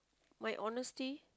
my honesty